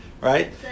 right